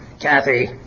Kathy